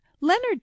Leonard